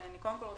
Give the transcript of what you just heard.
קודם כל,